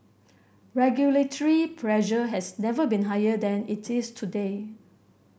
regulatory pressure has never been higher than it is today